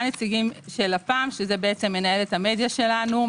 נציגי לפ"ם שזה מנהלת המדיה שלנו,